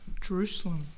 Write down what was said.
Jerusalem